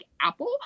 Apple